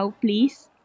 please